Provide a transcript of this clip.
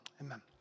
Amen